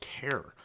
care